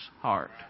heart